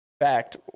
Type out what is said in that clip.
fact